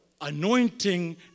anointing